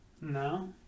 No